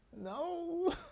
No